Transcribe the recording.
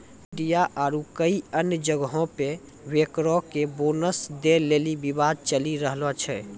media आरु कई अन्य जगहो पे बैंकरो के बोनस दै लेली विवाद चलि रहलो छै